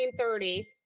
1930